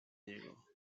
niego